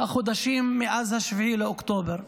החודשים מאז 7 באוקטובר.